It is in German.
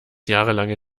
jahrelange